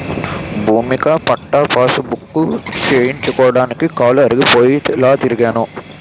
భూమిక పట్టా పాసుబుక్కు చేయించడానికి కాలు అరిగిపోయి తిరిగినాను